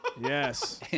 Yes